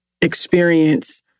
experience